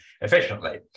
efficiently